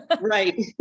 Right